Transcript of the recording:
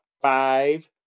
five